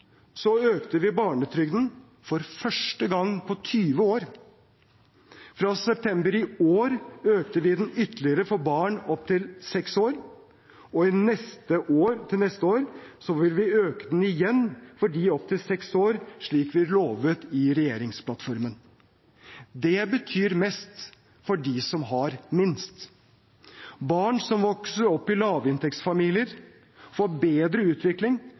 økte vi barnetrygden for første gang på 20 år. Fra september i år økte vi den ytterligere for barn opp til seks år, og til neste år vil vi igjen øke den for dem opp til seks år, slik vi lovet i regjeringsplattformen. Det betyr mest for dem som har minst. Barn som vokser opp i lavinntektsfamilier, får bedre utvikling